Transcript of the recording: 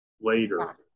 later